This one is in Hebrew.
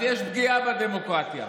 אז יש פגיעה בדמוקרטיה.